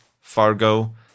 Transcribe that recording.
Fargo